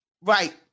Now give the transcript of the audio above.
Right